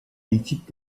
ичип